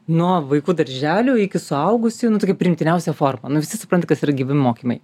nuo vaikų darželio iki suaugusių nu tokia priimtiniausia forma nu visi supranta kas yra gyvi mokymai